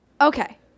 okay